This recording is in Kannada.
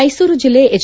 ಮೈಸೂರು ಜಿಲ್ಲೆ ಎಚ್